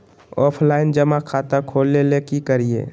Offline जमा खाता खोले ले की करिए?